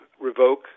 revoke